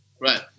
Right